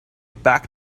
back